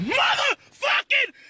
motherfucking